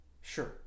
Sure